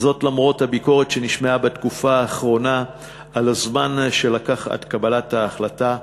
למרות הביקורת שנשמעה בתקופה האחרונה על הזמן שלקח עד קבלת ההחלטה,